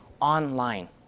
online